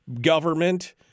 government